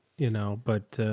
you know, but, ah,